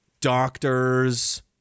Doctors